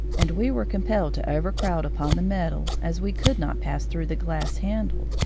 and we were compelled to overcrowd upon the metal as we could not pass through the glass handle.